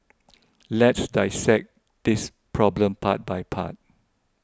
let's dissect this problem part by part